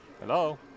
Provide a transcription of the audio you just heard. Hello